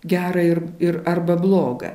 gerą ir ir arba blogą